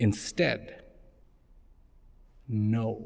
instead no